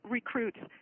recruits